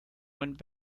went